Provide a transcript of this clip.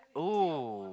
!woo!